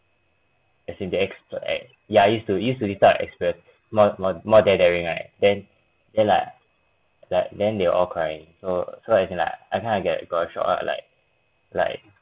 as in they ex~ yeah used to used to this type of experts more more dare daring right then then like like then they were all crying so so as in like I kind of get got a shock lah like like